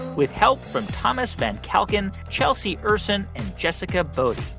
with help from thomas van calkin, chelsea ursin and jessica bodie.